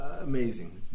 Amazing